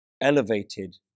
elevated